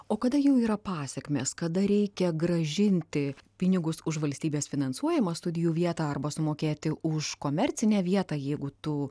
o kada jau yra pasekmės kada reikia grąžinti pinigus už valstybės finansuojamą studijų vietą arba sumokėti už komercinę vietą jeigu tu